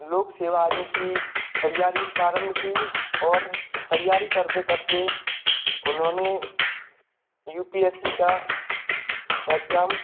लोक सेवा आयोग की तैयारी प्रारम्भ की और तैयारी करते करते उन्होंने यू पी एस सी का एग्जाम